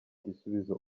igisubizo